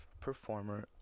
performer